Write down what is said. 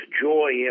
joy